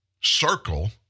circle